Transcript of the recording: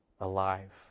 alive